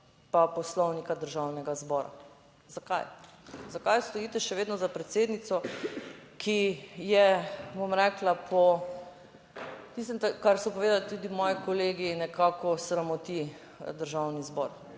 pa Poslovnika Državnega zbora. Zakaj? Zakaj stojite še vedno za predsednico, ki je, bom rekla, po tistem, kar so povedali tudi moji kolegi, nekako sramoti Državni zbor?